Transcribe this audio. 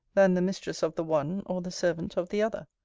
than the mistress of the one, or the servant of the other.